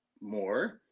more